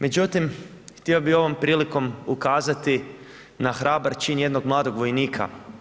Međutim, htio bih ovom prilikom ukazati na hrabar čin jednog mladog vojnika.